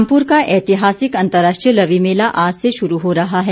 रामपुर का ऐतिहासिक अर्न्तराष्ट्रीय लवी मेला आज से शुरू हो रहा है